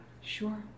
sure